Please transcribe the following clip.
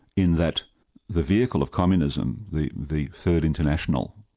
in that the vehicle of communism, the the third international,